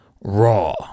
raw